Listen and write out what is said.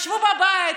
ישבו בבית,